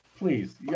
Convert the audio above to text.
Please